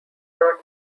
not